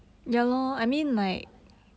actually not really nowadays but like yeah